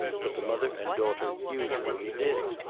but the mother and daughter usually did.